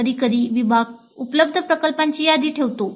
कधीकधी विभाग उपलब्ध प्रकल्पांची यादी ठेवतो